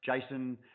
Jason